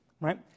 right